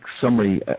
summary